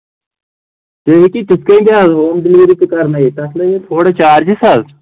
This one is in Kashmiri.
تُہۍ ہیٚکِو تِتھ کٔنۍ تہِ حظ ہوم ڈیلوری تہِ کرنٲیِتھ تتھ لگہِ تھوڑا چارجِس حظ